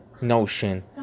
notion